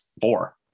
four